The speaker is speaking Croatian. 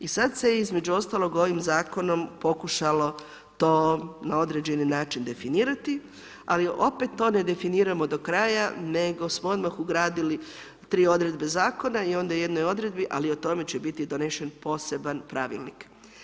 I sad se, između ostalog, ovim Zakonom pokušalo to na određeni način definirati, ali opet to ne definiramo do kraja nego smo odmah ugradili tri odredbe Zakona i onda u jednoj odredbi, ali o tome će biti donesen poseban pravilnik.